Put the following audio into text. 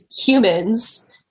humans